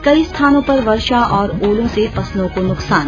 कई स्थानों पर वर्षा और ओलो से फसलों को नुकसान